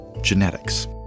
genetics